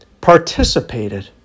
participated